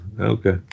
okay